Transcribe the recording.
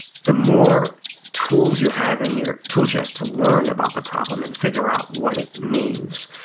the more tools you have in your tool chest to learn about the problem and figure out what it means.